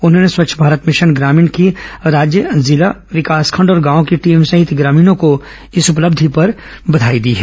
उन्होंने स्वच्छ भारत भिशन ग्रामीण की राज्य जिला ब्लॉक और गांव की टीम सहित ग्रामीणों को इस उपलब्धि पर बधाई दी है